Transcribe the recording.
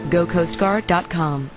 GoCoastGuard.com